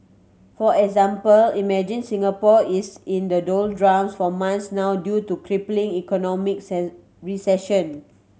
for example imagine Singapore is in the doldrums for months now due to crippling economic recession